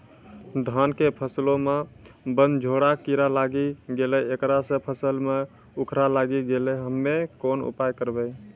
धान के फसलो मे बनझोरा कीड़ा लागी गैलै ऐकरा से फसल मे उखरा लागी गैलै हम्मे कोन उपाय करबै?